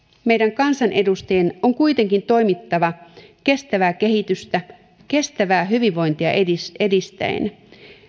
meidän kansanedustajien on kuitenkin toimittava kestävää kehitystä kestävää hyvinvointia edistäen edistäen